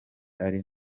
ari